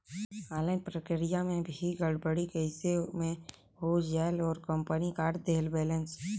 Online प्रक्रिया मे भी गड़बड़ी कइसे मे हो जायेल और कंपनी काट देहेल बैलेंस?